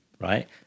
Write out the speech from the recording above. Right